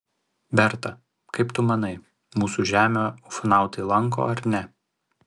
berta kaip tu manai mūsų žemę ufonautai lanko ar ne